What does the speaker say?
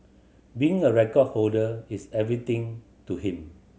being a record holder is everything to him